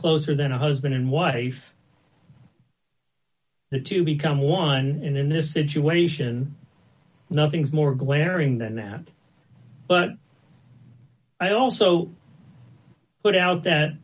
closer than a husband and wife to become one and in this situation nothing's more glaring than that but i also put out that